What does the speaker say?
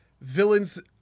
villains